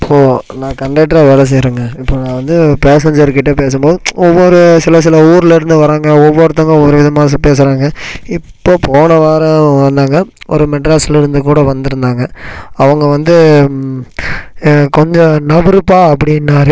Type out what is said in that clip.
இப்போது நான் கண்டெட்ராக வேலை செய்கிறேங்க இப்போது நான் வந்து பேஸஞ்சர்க்கிட்டே பேசும் போது ஒவ்வொரு சில சில ஊரிலேருந்து வர்றவங்க ஒவ்வொருத்தவங்க ஒவ்வொரு விதமாக ச பேசுகிறாங்க இப்போ போன வாரம் வந்தாங்க ஒரு மெட்ராஸ்லேருந்து கூட வந்துருந்தாங்க அவங்க வந்து கொஞ்சம் நகருப்பா அப்படின்னாரு